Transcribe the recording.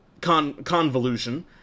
convolution